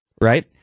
Right